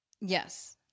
Yes